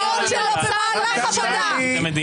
במהלך עבודה.